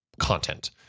content